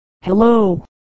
Hello